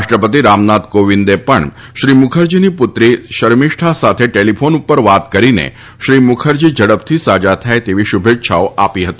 રાષ્રપતિ રામનાથ કોવિંદે પણ શ્રી મુખરજીની પુત્રી શર્મિષ્ઠા સાથે ટેલિફોન ઉપર વાત કરીને શ્રી પ્રણવ મુખરજી ઝડપથી સાજા થાય તેવી શુભેચ્છાઓ આપી હતી